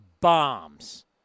bombs